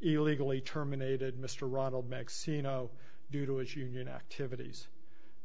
illegally terminated mr ronald maxine zero due to its union activities